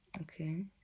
Okay